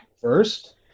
first